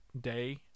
day